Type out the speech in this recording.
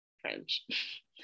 French